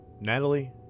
Natalie